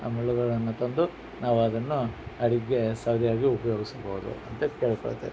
ಆ ಮುಳ್ಳುಗಳನ್ನು ತಂದು ನಾವು ಅದನ್ನು ಅಡುಗೆ ಸೌದೆಯಾಗಿ ಉಪಯೋಗಿಸ್ಬೌದು ಅಂತ ಕೇಳಿಕೊಳ್ತೇನೆ